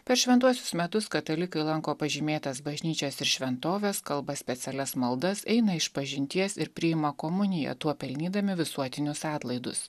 per šventuosius metus katalikai lanko pažymėtas bažnyčias ir šventoves kalba specialias maldas eina išpažinties ir priima komuniją tuo pelnydami visuotinius atlaidus